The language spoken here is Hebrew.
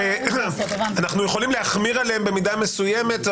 אנחנו יכולים להחמיר עליהם במידה מסוימת,